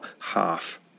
half